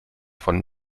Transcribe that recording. von